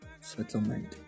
settlement